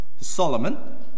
Solomon